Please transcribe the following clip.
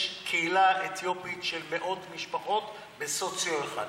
יש שם קהילה אתיופית של מאות משפחות בסוציו 1,